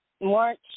March